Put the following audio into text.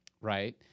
right